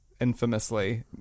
infamously